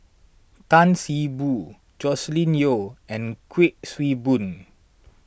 Tan See Boo Joscelin Yeo and Kuik Swee Boon